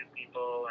people